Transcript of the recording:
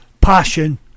passion